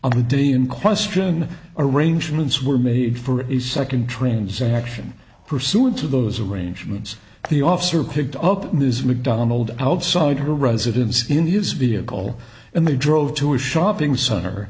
on the day in question arrangements were made for a second train's action pursuant to those arrangements the officer picked up in this mcdonald outside her residence in his vehicle and they drove to a shopping cent